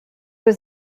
was